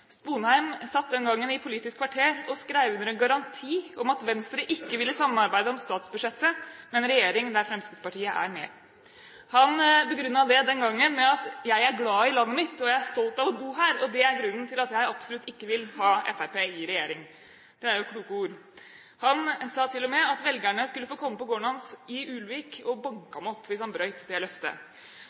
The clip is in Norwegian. Sponheim satt den gangen i Politisk kvarter og skrev under en garanti om at Venstre ikke ville samarbeide om statsbudsjettet med en regjering der Fremskrittspartiet var med. Han begrunnet det den gangen med å si: «Jeg er glad i landet mitt, og jeg er stolt av å bo her. Det er grunnen til at jeg absolutt ikke vil ha Frp i regjering.» Det er jo kloke ord. Han sa til og med at velgerne skulle få komme på gården hans i Ulvik og banke ham opp hvis han brøt det løftet.